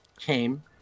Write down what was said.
came